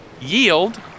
Yield